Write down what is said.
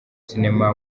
cinema